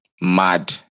mad